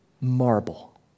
marble